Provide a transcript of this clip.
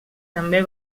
també